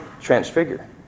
Transfigure